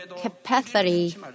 capacity